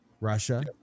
Russia